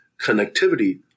connectivity